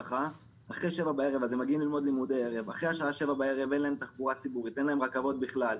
אחרי השעה שבע בערב אין להם תחבורה ציבורית ואין להם רכבות בכלל.